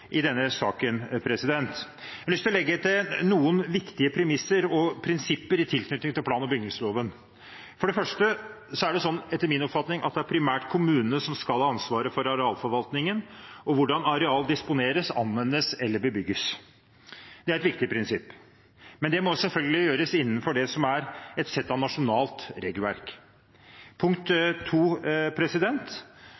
i denne saken. Jeg har lyst til å legge til noen viktige premisser og prinsipper i tilknytning til plan- og bygningsloven: Punkt 1: Etter min oppfatning er det primært kommunene som skal ha ansvaret for arealforvaltningen, og hvordan areal disponeres, anvendes eller bebygges. Det er et viktig prinsipp, men det må selvfølgelig gjøres innenfor et sett av nasjonalt regelverk. Punkt